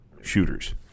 shooters